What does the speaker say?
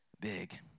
big